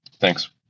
Thanks